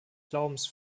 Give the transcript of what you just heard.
glaubens